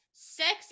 Sexy